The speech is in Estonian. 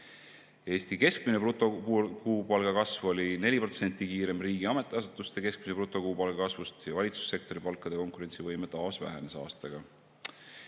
Eesti keskmise brutokuupalga kasv oli 4% kiirem riigi ametiasutuste keskmise brutokuupalga kasvust ja valitsussektori palkade konkurentsivõime vähenes aastaga